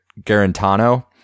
Garantano